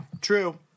true